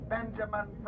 Benjamin